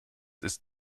ist